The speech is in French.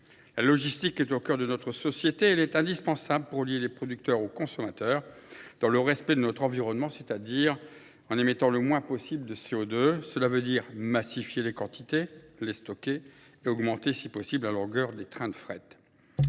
La logistique est au cœur de notre société. Elle est indispensable pour lier les producteurs aux consommateurs dans le respect de notre environnement, c'est-à-dire en émettant le moins possible de CO2. Cela veut dire massifier les quantités, les stocker et augmenter si possible la longueur des trains de fret.